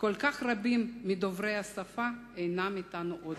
רבים כל כך מדוברי השפה אינם אתנו עוד.